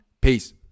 Peace